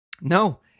No